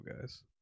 guys